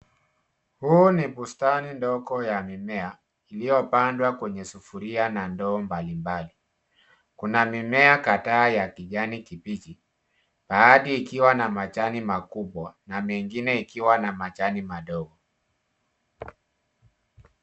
Huu ni bustani ndogo ya mimea iliyo pandwa kwenye sufuria na ndoo mbalimbali. Kuna mimea kadhaa ya kijani kibichi baadhi ikiwa na majani makubwa na mengine ikiwa na majani madogo.